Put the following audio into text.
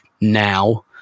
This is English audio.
now